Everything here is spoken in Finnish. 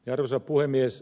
arvoisa puhemies